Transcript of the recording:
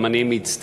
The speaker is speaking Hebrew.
גם אני מצטרף